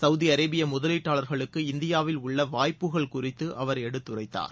Saudi Arabia முதலீட்டளார்களுக்கு இந்தியாவில் உள்ள வாய்ப்புகள் குறித்து அவர் எடுத்துரைத்தார்